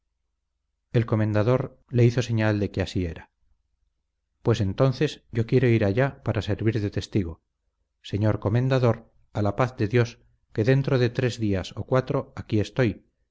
el comendador le hizo señal de que así era pues entonces yo quiero ir allá para servir de testigo señor comendador a la paz de dios que dentro de tres días o cuatro aquí estoy